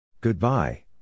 Goodbye